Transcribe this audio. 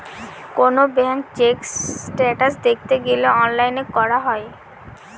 কোনো bank check status দেখতে গেলে অনলাইনে করা যায়